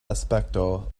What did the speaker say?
aspekto